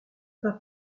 pas